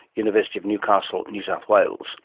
university of newcastle, new south wales